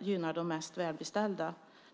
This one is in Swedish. gynnar de mest välbeställda.